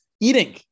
eating